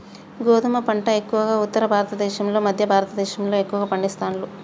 గోధుమ పంట ఎక్కువగా ఉత్తర భారత దేశం లో మధ్య భారత దేశం లో ఎక్కువ పండిస్తాండ్లు